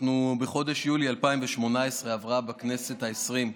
בחודש יולי 2018 עברה בכנסת העשרים,